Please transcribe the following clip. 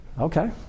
Okay